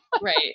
Right